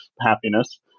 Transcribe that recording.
happiness